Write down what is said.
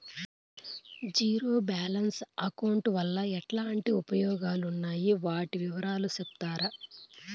Zero balance account వలన ఎట్లాంటి ఉపయోగాలు ఉన్నాయి? వాటి వివరాలు సెప్తారా?